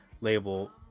label